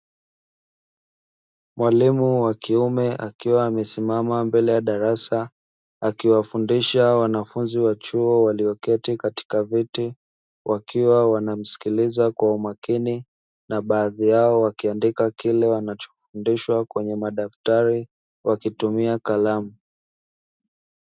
Mwalimu wa kiume, akiwa amesimama mbele ya darasa, akiwafundisha wanafunzi wa chuo walioketi katika viti, wakiwa wanamsikiliza kwa umakini na baadhi yao wakiandika kile wanachofundishwa kwenye madaftari, wakitumia kalamu.